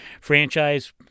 franchise